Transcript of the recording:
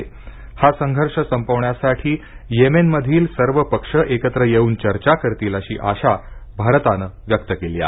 येमेनमधील हा संघर्ष संपवण्यासाठी सर्व पक्ष एकत्र येऊन चर्चा करतील अशी आशा भारताने व्यक्त केली आहे